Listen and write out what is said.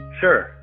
Sure